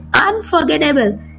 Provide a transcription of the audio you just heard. unforgettable